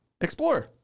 explore